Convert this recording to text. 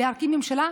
להרכיב ממשלה.